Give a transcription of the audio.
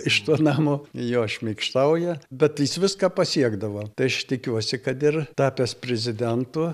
iš to namo jo šmaikštauja bet jis viską pasiekdavo tai aš tikiuosi kad ir tapęs prezidentu